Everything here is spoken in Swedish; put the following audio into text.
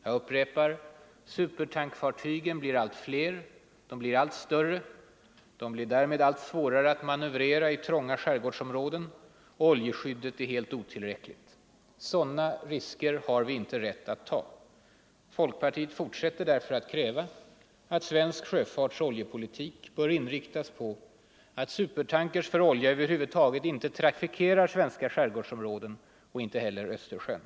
Jag upprepar: supertankfartygen blir allt fler, blir allt större, blir därmed allt svårare att manövrera i trånga skärgårdsområden och oljeskyddet är helt otillräckligt. Sådana risker har vi inte rätt att ta. Folkpartiet fortsätter därför att kräva att svensk sjöfartsoch oljepolitik bör inriktas på att supertankers för olja över huvud taget inte trafikerar svenska skärgårdsområden och inte heller Östersjön.